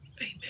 amen